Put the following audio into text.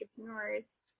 entrepreneurs